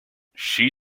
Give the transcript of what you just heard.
she